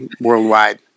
worldwide